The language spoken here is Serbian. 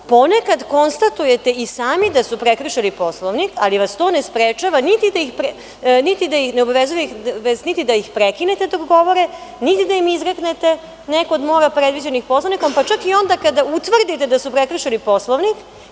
Ponekad konstatujete i sami da su prekršili Poslovnik, ali vas to ne sprečava niti da ih prekinete dok govore, niti da im izreknete neku od mera predviđenih Poslovnikom, pa čak i onda kada utvrdite da su prekršili Poslovnik.